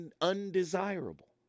undesirable